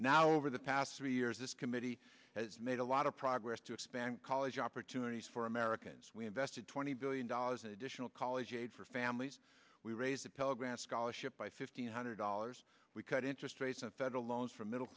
now over the past three years this committee has made a lot of progress to expand college opportunities for americans we invested twenty billion dollars in additional college aid for families we raised a pell grant scholarship by fifteen hundred dollars we cut interest rates on federal loans for middle